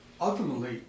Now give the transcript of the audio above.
ultimately